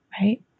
Right